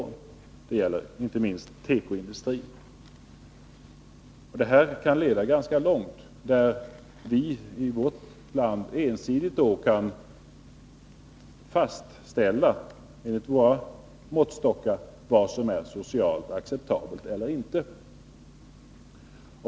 Det gäller inte minst tekoindustrin. Detta kan leda ganska långt. Vi kan alltså ensidigt fastställa vad som enligt våra måttstockar är socialt acceptabelt eller inte.